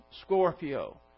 Scorpio